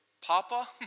Papa